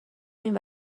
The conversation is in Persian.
این